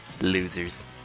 losers